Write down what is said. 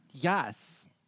Yes